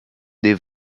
des